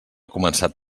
començat